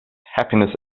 happiness